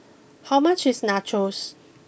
how much is Nachos